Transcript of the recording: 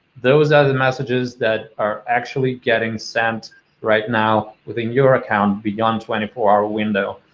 those are the messages that are actually getting sent right now within your account beyond twenty four hour window.